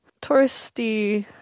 touristy